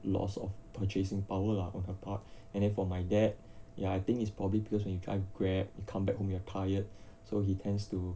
loss of purchasing power lah on her part and then for my dad ya I think it's probably because when you drive grab you come back home you are tired so he tends to